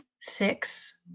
six